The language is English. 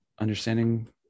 understanding